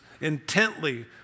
intently